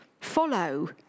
follow